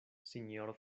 sinjoro